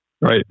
Right